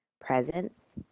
presence